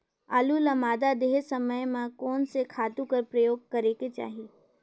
आलू ल मादा देहे समय म कोन से खातु कर प्रयोग करेके चाही?